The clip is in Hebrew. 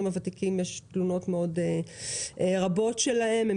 יש תלונות רבות של האזרחים הוותיקים.